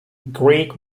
greek